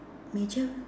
major